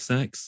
Sex